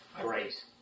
great